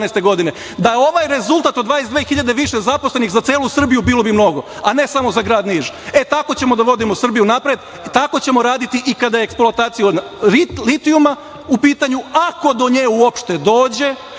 godine. Da je ovaj rezultat od 22.000 više zaposlenih za celu Srbiju, bilo bi mnogo, a ne samo za grad Niš. E, tako ćemo da vodimo Srbiju napred i tako ćemo raditi i kada je eksploatacija litijuma u pitanju, ako do nje uopšte dođe,